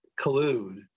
collude